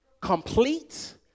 complete